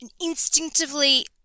instinctively